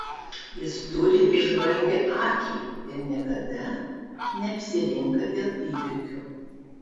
jis turi įžvalgią akį ir niekada neapsirinka dėl įvykių